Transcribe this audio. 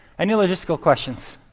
any logistical questions?